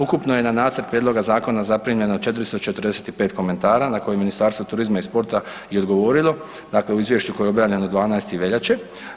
Ukupno je na nacrt prijedloga zakona zaprimljeno 445 komentara na koje je Ministarstvo turizma i sporta i odgovorilo, dakle u izvješću koje je objavljeno 12. veljače.